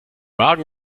magen